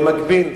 במקביל.